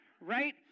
right